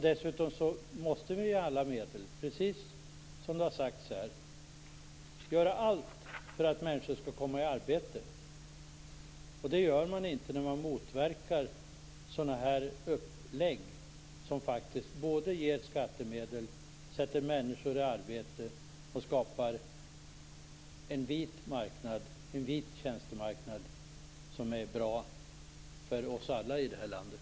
Dessutom måste vi ju - precis som det har sagts här - med alla medel göra allt för att människor skall komma i arbete, och det gör man inte när man motverkar sådana här upplägg som ger skattemedel, sätter människor i arbete och skapar en vit tjänstemarknad som är bra för oss alla i det här landet.